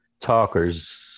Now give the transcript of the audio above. talkers